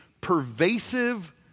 pervasive